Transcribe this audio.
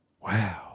Wow